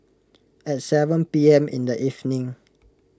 at seven P M in the evening